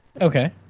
Okay